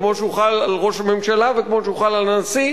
כמו שהוא חל על ראש הממשלה וכמו שהוא חל על הנשיא,